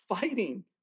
fighting